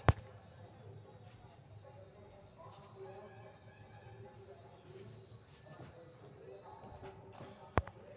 केंद्रीय बैंक मुद्रास्फीति के सम्हारे के काज सेहो करइ छइ